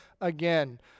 again